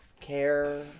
care